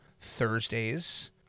Thursdays